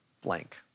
blank